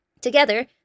Together